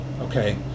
okay